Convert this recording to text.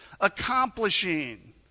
accomplishing